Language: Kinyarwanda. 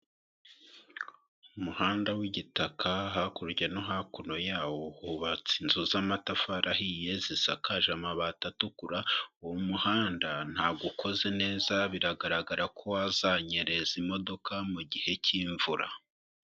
Umuhanda w'igitaka, hakurya no hakuno yawo hubatse inzu z'amatafari ahiye zisakaje amabati atukura, uwo muhanda ntabwo ukoze neza, biragaragara ko wazanyereza imodoka mu gihe cy'imvura.